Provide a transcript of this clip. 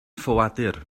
ffoadur